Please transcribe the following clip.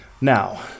Now